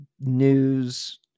news